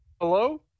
Hello